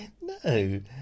No